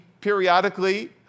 periodically